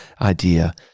idea